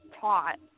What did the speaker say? taught